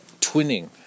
twinning